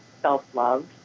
self-love